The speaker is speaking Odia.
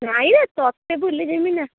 ନାହିଁରେ ତତେ ଭୁଲିଯିବି ନା